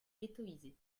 ghettoïsés